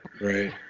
Right